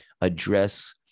address